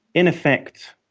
in effect,